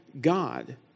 God